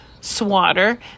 swatter